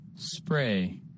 Spray